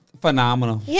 Phenomenal